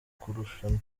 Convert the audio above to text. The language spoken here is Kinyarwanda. kurushanwa